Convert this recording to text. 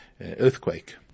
earthquake